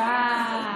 אנחנו לא סתם.